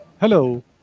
Hello